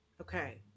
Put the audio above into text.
Okay